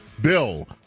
Bill